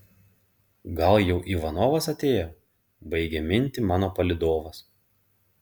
gal jau ivanovas atėjo baigia mintį mano palydovas